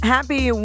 Happy